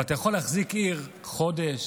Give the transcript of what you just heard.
אתה יכול להחזיק עיר חודש,